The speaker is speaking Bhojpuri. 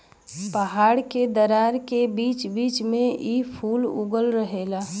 पहाड़ के दरार के बीच बीच में इ फूल उगल रहेला